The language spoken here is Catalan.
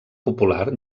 popular